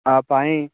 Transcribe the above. آپ آئیں